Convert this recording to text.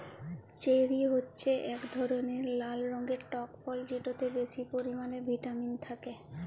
cherry হছে ইক ধরলের লাল রঙের টক ফল যেটতে বেশি পরিমালে ভিটামিল থ্যাকে